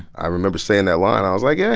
i remember saying that line, i was like, yeah